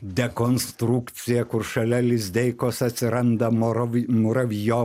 dekonstrukcija kur šalia lizdeikos atsiranda morov muravjov